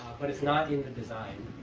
but it's not in the design